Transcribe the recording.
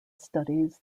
studies